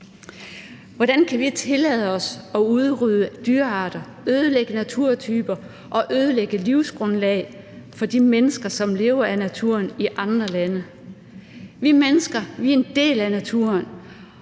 Hvordan kan vi tillade os at udrydde dyrearter, ødelægge naturtyper og ødelægge livsgrundlaget for de mennesker, som lever af naturen, i andre lande? Vi mennesker er en del af naturen,